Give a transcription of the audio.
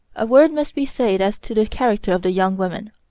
a word must be said as to the character of the young women.